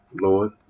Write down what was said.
Lord